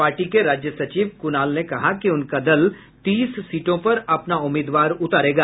party के राज्य सचिव कुणाल ने कहा कि उनका दल तीस सीटों पर अपना उम्मीदवार उतारेगा